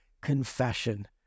confession